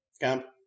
camp